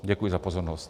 Děkuji za pozornost.